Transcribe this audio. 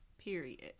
Period